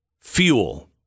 fuel